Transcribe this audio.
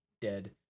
dead